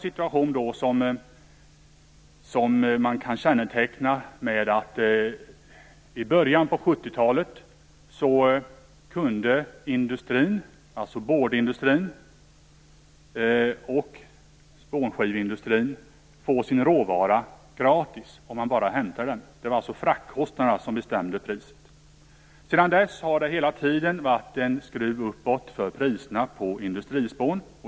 Situationen kan kännetecknas med att board och spånskiveindustrin i början av 70 talet kunde få sin råvara gratis, om man bara hämtade den. Det var alltså fraktkostnaderna som bestämde priset. Sedan dess har det hela tiden varit en skruv uppåt för priserna på industrispån.